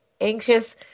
anxious